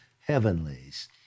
heavenlies